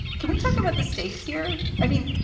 can we talk about the stakes here? i mean,